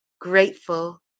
grateful